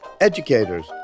Educators